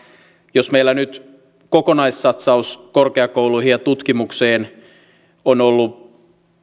jos meillä nyt kokonaissatsaus korkeakouluihin ja tutkimukseen on ollut